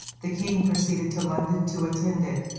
the king proceeded to london to attend it.